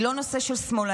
היא לא נושא של שמאלנים,